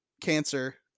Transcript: cancer